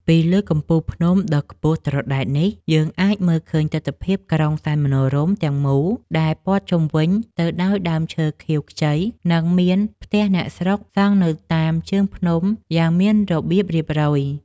ពីកំពូលភ្នំដ៏ខ្ពស់ត្រដែតនេះយើងអាចមើលឃើញទិដ្ឋភាពក្រុងសែនមនោរម្យទាំងមូលដែលព័ទ្ធជុំវិញទៅដោយដើមឈើខៀវខ្ចី និង មានផ្ទះអ្នកស្រុកសង់នៅតាមជើងភ្នំយ៉ាងមានរបៀបរៀបរយ។